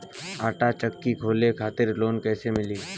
आटा चक्की खोले खातिर लोन कैसे मिली?